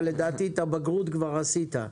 לדעתי את הבגרות כבר עשית.